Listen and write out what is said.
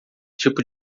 tipo